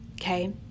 okay